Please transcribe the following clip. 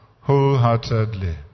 wholeheartedly